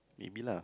maybe lah